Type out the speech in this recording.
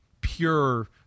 pure